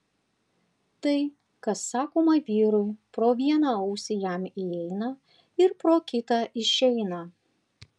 tai kas sakoma vyrui pro vieną ausį jam įeina ir pro kitą išeina